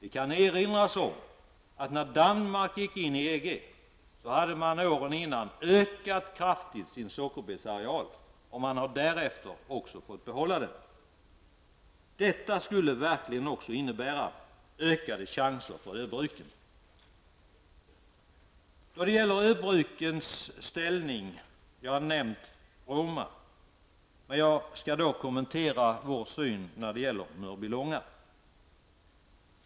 Vi kan erinra oss att åren innan Danmark gick in i EG hade man kraftigt ökat sin sockerbetsareal. Man har därefter fått behålla den. Detta skulle verkligen också innebära ökade chanser för öbruken. Beträffande öbrukens ställning har jag nämnt Roma. Jag skall dock kommentera vår syn på Mörbylånga.